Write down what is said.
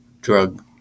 drug